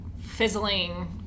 fizzling